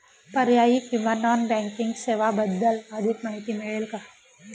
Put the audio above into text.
पर्यायी किंवा non banking सेवांबद्दल अधिक माहिती मिळेल का?